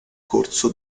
corso